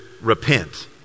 repent